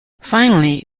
finally